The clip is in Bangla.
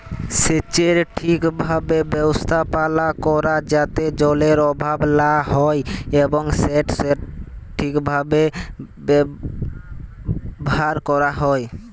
সেচের ঠিকভাবে ব্যবস্থাপালা ক্যরা যাতে জলের অভাব লা হ্যয় এবং সেট ঠিকভাবে ব্যাভার ক্যরা হ্যয়